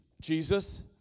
Jesus